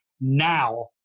now